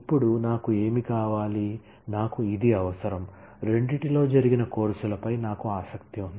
ఇప్పుడు నాకు ఏమి కావాలి నాకు అది అవసరం రెండింటిలో జరిగిన కోర్సులపై నాకు ఆసక్తి ఉంది